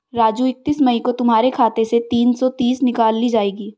राजू इकतीस मई को तुम्हारे खाते से तीन सौ तीस निकाल ली जाएगी